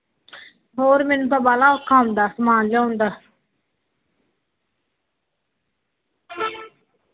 ਹੋਰ ਮੈਨੂੰ ਤਾਂ ਬਾਹਲਾ ਔਖਾ ਹੁੰਦਾ ਸਮਾਨ ਲਿਆਉਣ ਦਾ